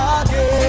again